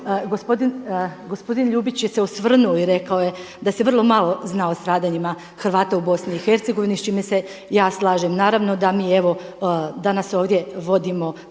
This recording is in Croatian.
gospodin Ljubić je se osvrnuo i rekao da se vrlo malo zna o stradanjima Hrvata u BiH s čime se ja slažem. Naravno da mi danas ovdje vodimo polemiku